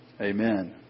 Amen